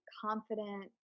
confident